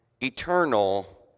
eternal